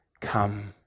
come